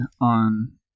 on